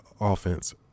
offense